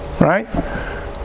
right